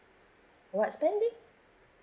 what spending